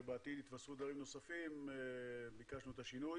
בעתיד יתווספו דברים נוספים ביקשנו את השינוי.